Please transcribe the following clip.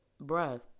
bruh